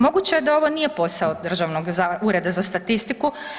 Moguće je da ovo nije posao državnog, ureda za statistiku.